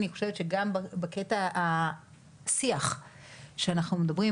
אני חושבת שגם בשיח שאנחנו מדברים,